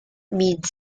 means